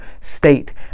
state